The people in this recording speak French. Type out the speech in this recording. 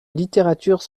littérature